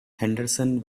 henderson